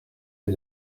des